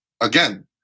again